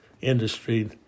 industry